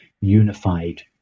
unified